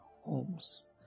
homes